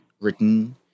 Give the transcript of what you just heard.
written